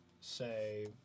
say